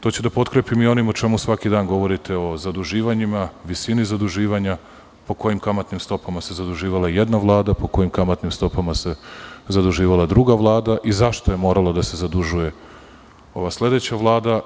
To ću da potkrepim i onim o čemu svaki dan govorite, o zaduživanjima, o visini zaduživanja, po kojim kamatnim stopama se zaduživala jedna Vlada, po kojim kamatnim stopama se zaduživala druga Vlada i zašto je morala da se zadužuje sledeća Vlada.